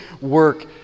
work